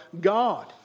God